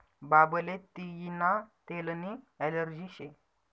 बाबाले तियीना तेलनी ॲलर्जी शे